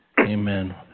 Amen